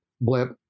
blip